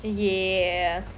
ya